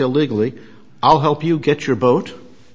illegally i'll help you get your boat